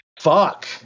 fuck